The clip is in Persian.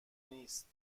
نیست